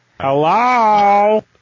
Hello